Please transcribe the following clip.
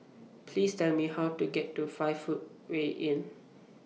Please Tell Me How to get to five Footway Inn